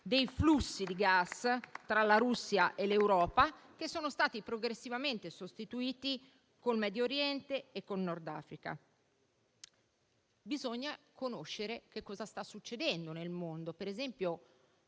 dei flussi di gas tra la Russia e l'Europa, che sono stati progressivamente sostituiti col Medio Oriente e con il Nord Africa. Bisogna conoscere che cosa sta succedendo nel mondo. C'è una